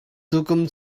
tukum